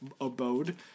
abode